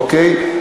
אוקיי?